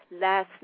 last